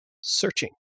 searching